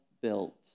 built